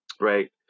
right